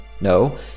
No